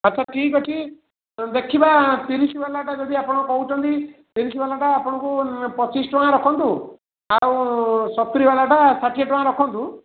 ଆଚ୍ଛା ଠିକ୍ ଅଛି ଦେଖିବା ତିରିଶ ବାଲାଟା ଯଦି ଆପଣ କହୁଛନ୍ତି ତିରିଶ୍ ବାଲାଟା ଆପଣଙ୍କୁ ପଚିଶ୍ ଟଙ୍କା ରଖନ୍ତୁ ଆଉ ସତୁରୀ ବାଲାଟା ଷାଠିଏ ଟଙ୍କା ରଖନ୍ତୁ